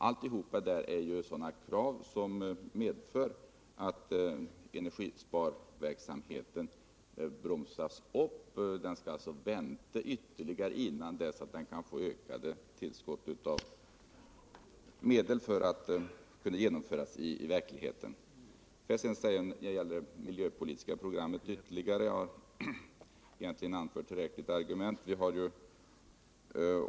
Det är sådana krav som medför att energisparverksamheten bromsas upp. Socialdemokraterna föreslår att vi skall vänta ytterligare innan det kan bli ett ökat tillskott av medel för att genomföra sparverksamhoeten i verkligheten. Vad sedan gäller det miljöpolitiska programmet har det väl egentligen anförts tillräckligt med argument mot reservationen.